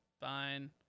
fine